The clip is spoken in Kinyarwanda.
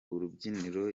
rubyiniro